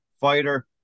fighter